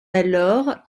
alors